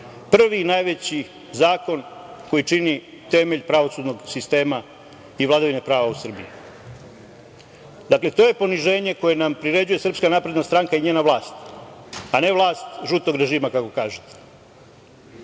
prvi, najveći zakon koji čini temelj pravosudnog sistema i vladavine prava u Srbiji. Dakle, to je poniženje koje nam priređuje SNS i njena vlast, a ne vlast žutog režima kako kažete